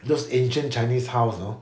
those ancient chinese house you know